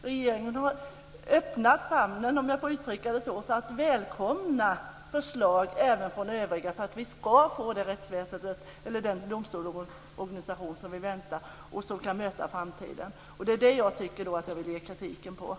Regeringen har öppnat famnen, om jag får uttrycka det så, för att välkomna förslag även från övriga för att vi ska få det rättsväsende eller den domstolsorganisation som vi vill ha och som kan möta framtiden. Det är där jag vill kritisera.